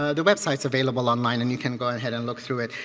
ah the website's available online and you can go ahead and look through it.